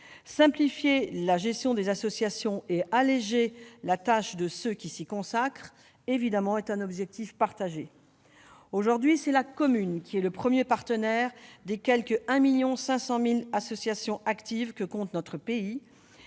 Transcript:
Simplifier la gestion des associations et alléger la tâche de ceux qui s'y consacrent est évidemment un objectif partagé. Aujourd'hui, c'est la commune qui est le premier partenaire des quelque 1,5 million d'associations actives que compte notre pays,